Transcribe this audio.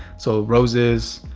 so roses,